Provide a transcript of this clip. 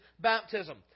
baptism